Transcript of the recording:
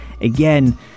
again